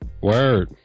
Word